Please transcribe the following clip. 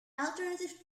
alternative